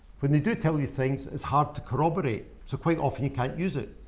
when they do tell you things, it's hard to corroborate. so quite often you can't use it.